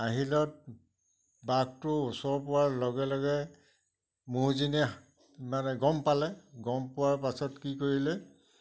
আহিলত বাঘটো ওচৰ পোৱাৰ লগে লগে ম'হজনীয়ে মানে গম পালে গম পোৱাৰ পাছত কি কৰিলে